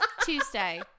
tuesday